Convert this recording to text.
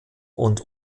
und